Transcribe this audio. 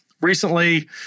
Recently